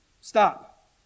Stop